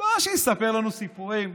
לא שיספר לנו סיפורים,